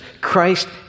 Christ